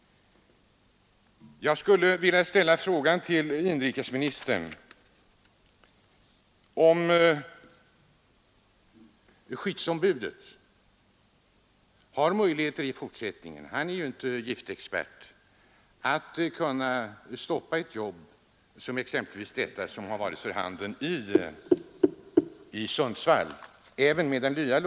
Jag skulle vilja fråga inrikesministern om skyddsombudet — han är ju inte giftexpert — har möjligheter i fortsättningen, med den nya lagstiftningen, att stoppa ett jobb som exempelvis detta i Sundsvall.